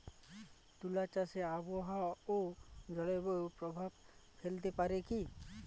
তুলা চাষে আবহাওয়া ও জলবায়ু প্রভাব ফেলতে পারে কি?